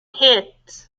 eat